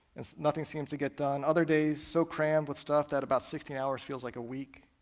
and nothing seems to get done, other days so crammed with stuff that about sixteen hours feels like a week.